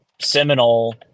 Seminole